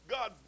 God